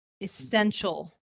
Essential